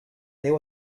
there